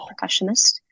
percussionist